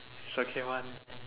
it's okay one